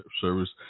service